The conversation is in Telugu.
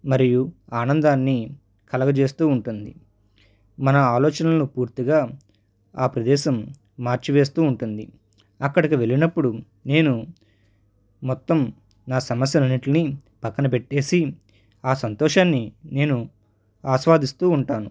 మరియు ఆనందాన్ని కలగజేస్తూ ఉంటుంది మన ఆలోచనలను పూర్తిగా ఆ ప్రదేశం మార్చి వేస్తూ ఉంటుంది అక్కడకి వెళ్ళినప్పుడు నేను మొత్తం నా సమస్యలు అన్నింటినీ పక్కన పెట్టి వేసి ఆ సంతోషాన్ని నేను ఆస్వాదిస్తూ ఉంటాను